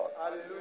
Hallelujah